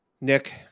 Nick